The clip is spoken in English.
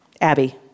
Abby